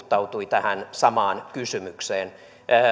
suhtautui tähän samaan kysymykseen